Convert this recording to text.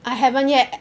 I haven't yet